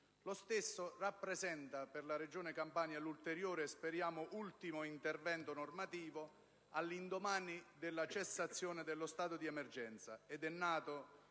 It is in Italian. Lo stesso rappresenta per la Regione Campania l'ulteriore e speriamo ultimo intervento normativo all'indomani della cessazione dello stato di emergenza ed è nato